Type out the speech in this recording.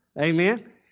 Amen